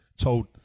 told